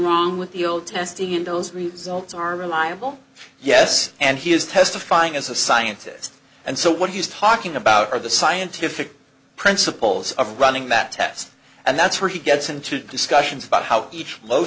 wrong with the old testing in those results are reliable yes and he is testifying as a scientist and so what are you talking about or the scientific principles of running that test and that's where he gets into discussions about how each low